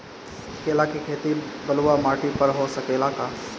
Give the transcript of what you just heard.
केला के खेती बलुआ माटी पर हो सकेला का?